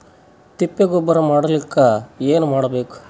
ತಿಪ್ಪೆ ಗೊಬ್ಬರ ಮಾಡಲಿಕ ಏನ್ ಮಾಡಬೇಕು?